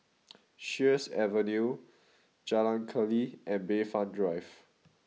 Sheares Avenue Jalan Keli and Bayfront Drive